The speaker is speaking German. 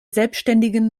selbständigen